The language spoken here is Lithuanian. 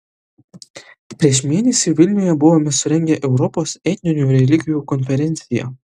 prieš mėnesį vilniuje buvome surengę europos etninių religijų konferenciją